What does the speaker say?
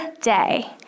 day